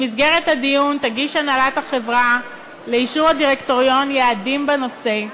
במסגרת הדיון תגיש הנהלת החברה לאישור הדירקטוריון יעדים בנושא,